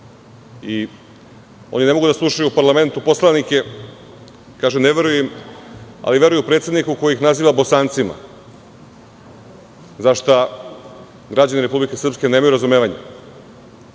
Oni ne mogu da slušaju u parlamentu poslanike, kažu – ne veruju im, ali veruju predsedniku koji ih naziva Bosancima, za šta građani Republike Srpske nemaju razumevanje. Isto